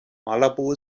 malabo